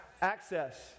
Access